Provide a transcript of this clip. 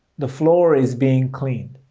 the floor is being cleaned.